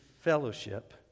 fellowship